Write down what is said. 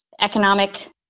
economic